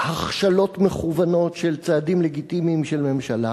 הכשלות מכוונות של צעדים לגיטימיים של ממשלה,